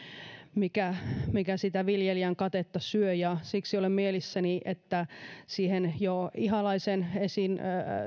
mikä mikä sitä viljelijän katetta syö siksi olen mielissäni että siihen jo ihalaisen esiin